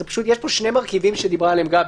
שיש פה שני מרכיבים שדיברה עליהם גבי: